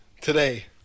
Today